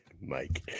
Mike